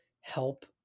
help